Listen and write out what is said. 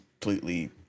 completely